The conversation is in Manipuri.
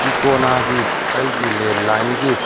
ꯇꯤꯀꯣꯅꯥꯒꯤ ꯑꯩꯒꯤ ꯂꯦꯟꯂꯥꯏꯟꯒꯤ